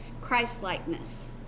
Christ-likeness